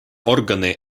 органы